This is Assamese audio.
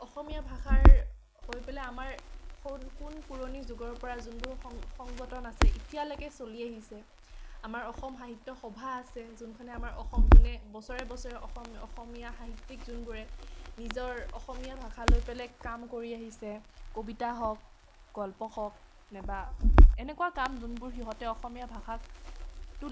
অসমীয়া ভাষাৰ হৈ পেলাই আমাক কোন পুৰণি যুগৰ পৰা যোনবোৰ সংগঠন আছে এতিয়ালৈকে চলি আহিছে আমাৰ অসম সাহিত্য সভা আছে যোনখনে আমাৰ অসম যোনে বছৰে বছৰে অসম অসমীয়া সাহিত্যিক যোনবোৰে নিজৰ অসমীয়া ভাষা লৈ পেলাই কাম কৰি আহিছে কবিতা হওক গল্প হওক নাইবা এনেকুৱা কাম যোনবোৰ সিহঁতে অসমীয়া ভাষাক